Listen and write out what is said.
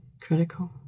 critical